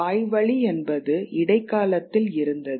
வாய்வழி என்பது இடைக்காலத்தில் இருந்தது